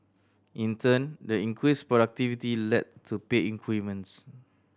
in turn the increased productivity led to pay increments